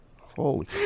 Holy